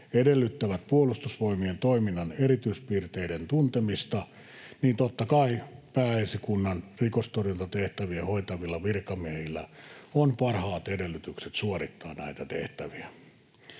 edellyttävät Puolustusvoimien toiminnan erityispiirteiden tuntemista, niin totta kai Pääesikunnan rikostorjuntatehtäviä hoitavilla virkamiehillä on parhaat edellytykset suorittaa näitä tehtäviä.